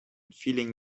feeling